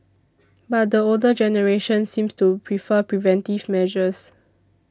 but the older generation seems to prefer preventive measures